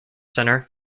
center